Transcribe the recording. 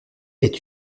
est